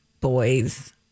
boys